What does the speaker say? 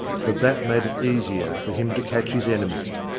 but that made it easier for him to catch his enemy.